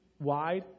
wide